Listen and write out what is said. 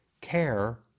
care